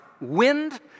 wind